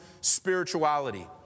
spirituality